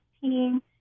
team